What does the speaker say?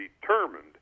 determined